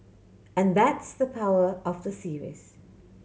and that's the power of the series